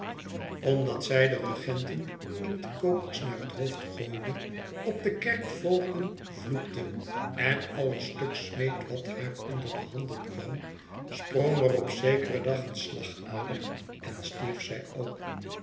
omdat zij deregenten inktkokers naar het hoofd gooide op de kerkvoogden vloekte en alles stuk smeet wat haar onder de handen kwam sprong er op zekeren dag een slagader en stierf zij ook